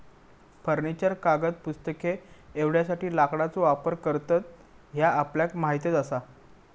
furniture, कागद, पुस्तके एवढ्यासाठी लाकडाचो वापर करतत ह्या आपल्याक माहीतच आसा